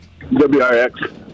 WRX